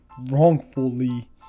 wrongfully